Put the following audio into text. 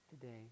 today